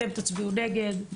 אתם תצביעו נגד,